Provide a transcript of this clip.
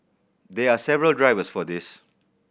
there are several drivers for this